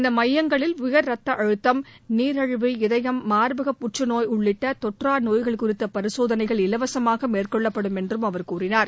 இந்த மையங்களில் உயர் ரத்த அழுத்தம் நீரிழிவு இதயம் மார்பக புற்றுநோய் உள்ளிட்ட தொற்றா நோய்கள் குறித்த பரிசோதனைகள் இலவசமாக மேற்கொள்ளப்படும் என்றும் அவர் கூறினார்